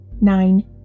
nine